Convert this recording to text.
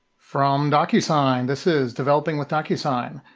from docusign, this is developing with docusign.